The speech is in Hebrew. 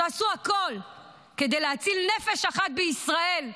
שעשו הכול כדי להציל נפש אחת בישראל,